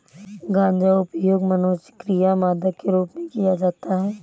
गांजा उपयोग मनोसक्रिय मादक के रूप में किया जाता है